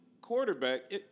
quarterback